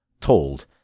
told